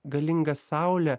galinga saulė